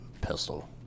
pistol